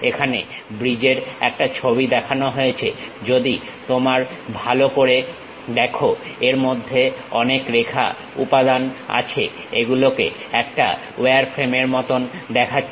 এখানে ব্রিজের একটা ছবি দেখানো হয়েছে যদি তোমরা ভালো করে দেখো এর মধ্যে অনেক রেখা উপাদান আছে এগুলোকে একটা ওয়ারফ্রেমের মতন দেখাচ্ছে